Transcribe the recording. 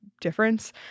difference